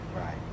Right